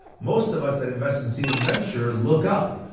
most of us that invest in seed and venture lookup.